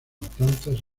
matanzas